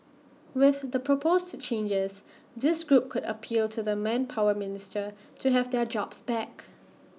with the proposed changes this group could appeal to the manpower minister to have their jobs back